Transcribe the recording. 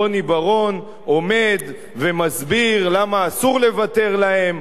רוני בר-און, עומד ומסביר למה אסור לוותר להם,